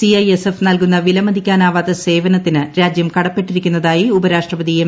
CISF നൽകുന്ന വിലമതിക്കാനാവാത്ത സേവനത്തിന് രാജ്യം കടപ്പെട്ടിരിക്കുന്നതായി ഉപരാഷ്ട്രപതി എം